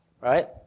right